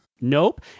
Nope